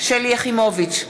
שלי יחימוביץ,